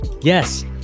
yes